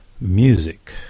Music